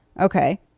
Okay